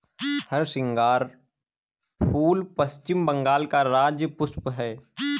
हरसिंगार फूल पश्चिम बंगाल का राज्य पुष्प है